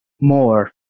more